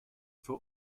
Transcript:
for